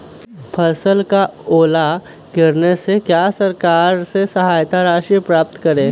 फसल का ओला गिरने से कैसे सरकार से सहायता राशि प्राप्त करें?